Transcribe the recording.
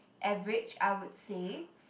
average I would say